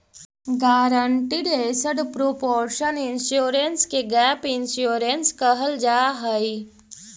guaranteed asset proportion insurance के gap insurance कहल जाऽ हई